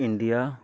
India